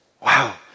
Wow